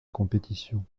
compétition